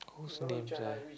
who's a ninja